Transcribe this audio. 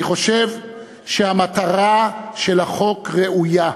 אני חושב שהמטרה של החוק ראויה,